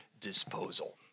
disposal